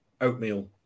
oatmeal